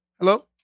Hello